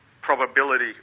probability